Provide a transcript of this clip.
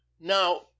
now